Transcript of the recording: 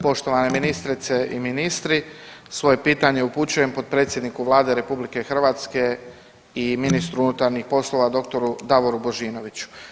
Poštovane ministrice i ministri, svoje pitanje upućujem potpredsjedniku Vlade RH i ministru unutarnjih poslova dr. Davoru Božinoviću.